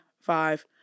five